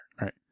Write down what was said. right